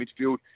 midfield